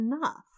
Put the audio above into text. enough